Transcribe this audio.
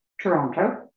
Toronto